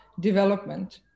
development